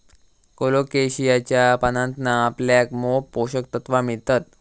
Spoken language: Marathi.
कोलोकेशियाच्या पानांतना आपल्याक मोप पोषक तत्त्वा मिळतत